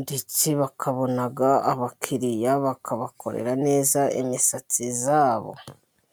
ndetse bakabona abakiriya, bakabakorera neza imisatsi ya bo.